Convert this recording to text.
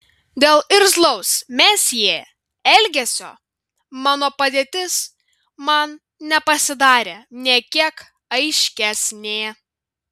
dėl irzlaus mesjė elgesio mano padėtis man nepasidarė nė kiek aiškesnė